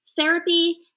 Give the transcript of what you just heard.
therapy